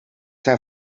zijn